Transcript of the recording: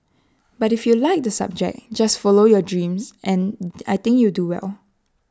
but if you like the subject just follow your dreams and I think you do well